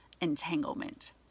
entanglement